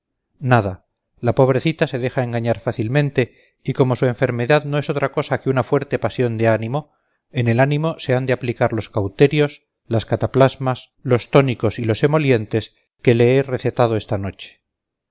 nada la pobrecita se deja engañar fácilmente y como su enfermedad no es otra cosa que una fuerte pasión de ánimo en el ánimo se han de aplicar los cauterios las cataplasmas los tónicos y los emolientes que le he recetado esta noche